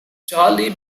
charlie